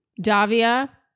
Davia